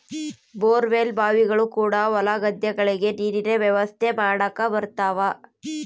bore well ಬಾವಿಗಳು ಕೂಡ ಹೊಲ ಗದ್ದೆಗಳಿಗೆ ನೀರಿನ ವ್ಯವಸ್ಥೆ ಮಾಡಕ ಬರುತವ